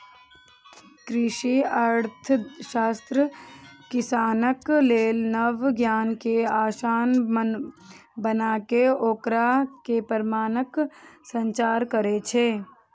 कृषि अर्थशास्त्र किसानक लेल नव ज्ञान कें आसान बनाके ओकरा मे प्रेरणाक संचार करै छै